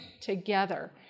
together